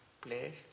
place